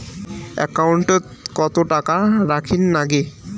একাউন্টত কত টাকা রাখীর নাগে?